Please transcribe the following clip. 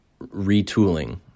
retooling